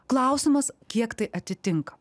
klausimas kiek tai atitinka